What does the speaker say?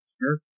Sure